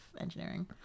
engineering